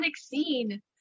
scene